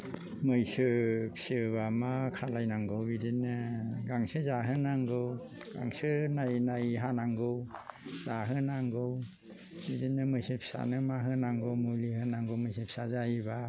मैसो फिसियोबा मा खालामनांगौ बिदिनो गांसो जाहोनांगौ गांसो नायै नायै हानांगौ जाहोनांगौ बिदिनो मैसो फिसानो मा होनांगौ मुलि नांगौ मैसो फिसा जायोबा